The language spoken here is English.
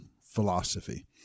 philosophy